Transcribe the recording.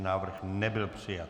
Návrh nebyl přijat.